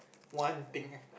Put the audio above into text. one thing